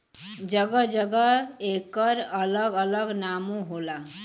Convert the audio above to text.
जगह जगह एकर अलग अलग नामो होला